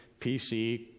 pc